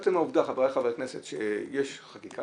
עצם העובדה, חבריי חברי הכנסת, שיש חקיקה,